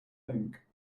think